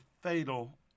fatal